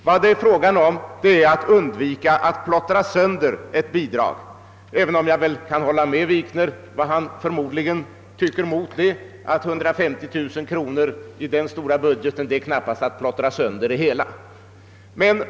Vad det gäller är att undvika att plottra sönder ett bidrag — även om jag kan förstå herr Wikner, om han nu förmodligen invänder att 150 000 kronor i denna stora budget knappast innebär att man plottrar sönder det he Ja.